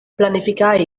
planificar